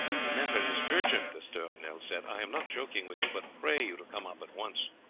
the matter is urgent, d'estournel said. i am not joking with you, but pray you to come up at once.